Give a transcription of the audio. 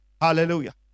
Hallelujah